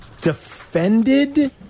defended